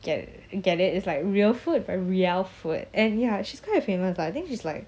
get get it it's like real food but rial food and ya she's quite famous lah I think she's like